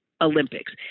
Olympics